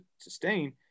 sustain